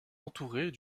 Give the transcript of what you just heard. entourés